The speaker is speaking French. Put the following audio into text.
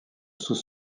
sous